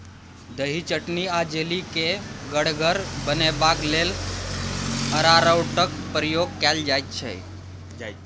दही, चटनी आ जैली केँ गढ़गर बनेबाक लेल अरारोटक प्रयोग कएल जाइत छै